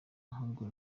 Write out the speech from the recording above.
ahubwo